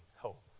help